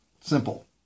Simple